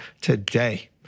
today